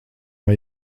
vai